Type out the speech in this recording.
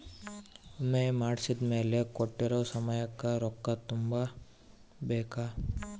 ವಿಮೆ ಮಾಡ್ಸಿದ್ಮೆಲೆ ಕೋಟ್ಟಿರೊ ಸಮಯಕ್ ರೊಕ್ಕ ತುಂಬ ಬೇಕ್